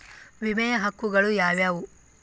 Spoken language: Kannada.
ವಿಮೆಯ ಹಕ್ಕುಗಳು ಯಾವ್ಯಾವು?